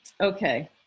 Okay